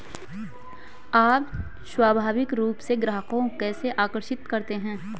आप स्वाभाविक रूप से ग्राहकों को कैसे आकर्षित करते हैं?